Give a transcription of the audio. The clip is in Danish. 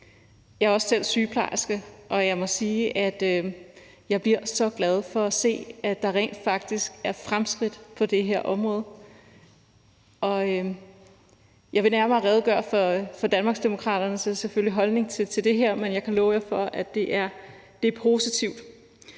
Jeg er også selv sygeplejerske, og jeg må sige, at jeg bliver så glad for at se, at der rent faktisk er fremskridt på det her område. Jeg vil redegøre nærmere for Danmarksdemokraternes holdning til det her, og jeg kan love jer for, at den er positiv.